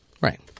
Right